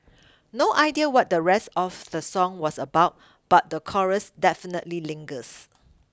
no idea what the rest of the song was about but the chorus definitely lingers